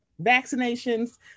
vaccinations